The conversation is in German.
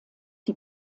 die